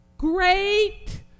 great